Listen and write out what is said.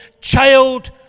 child